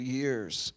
years